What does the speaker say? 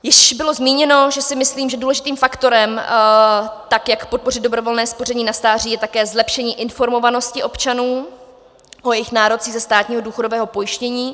Již bylo zmíněno, že si myslím, že důležitým faktorem, jak podpořit dobrovolné spoření na stáří, je také zlepšení informovanosti občanů o jejich nárocích ze státního důchodového pojištění.